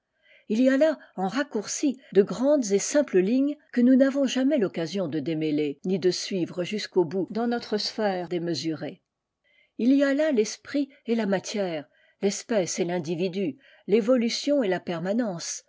il y a là en raccourci de grandes et simples lignes que nous n'avons jamais l'occasion de démêler ni de suivre jusqu'au bout dans notre sphère démesurée il y a là l'esprit et la matière l'espèce et l'individu révolution et la permanence